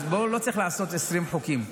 אז בואו, לא צריך לעשות עשרים חוקים.